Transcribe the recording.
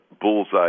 bullseye